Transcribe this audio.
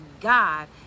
God